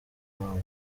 ruganzu